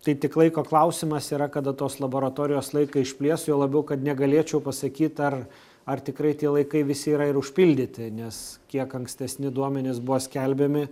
tai tik laiko klausimas yra kada tos laboratorijos laiką išplės juo labiau kad negalėčiau pasakyt ar ar tikrai tie laikai visi yra ir užpildyti nes kiek ankstesni duomenys buvo skelbiami